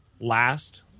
last